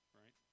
right